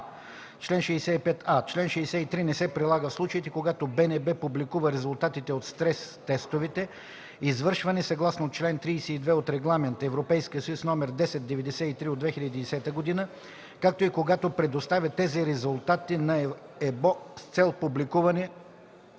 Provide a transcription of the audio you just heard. „Чл. 65а. Член 63 не се прилага, в случаите когато БНБ публикува резултатите от стрес – тестовете, извършвани съгласно чл. 32 от Регламент (ЕС) № 1093/2010, както и когато предоставя тези резултати на ЕБО с цел публикуването